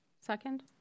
Second